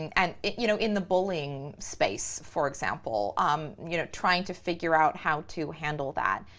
and you know, in the bullying space, for example, um you know trying to figure out how to handle that.